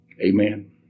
Amen